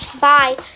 Bye